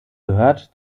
gehört